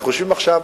אנחנו יושבים עכשיו